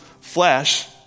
flesh